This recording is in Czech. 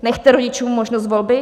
Nechte rodičům možnost volby?